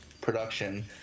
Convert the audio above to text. production